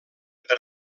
per